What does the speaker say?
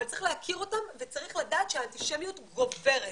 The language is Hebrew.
אבל צריך להכיר אותם וצריך לדעת שהאנטישמיות גוברת.